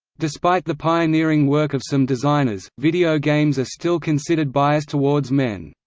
despite the pioneering work of some designers, video games are still considered biased towards men.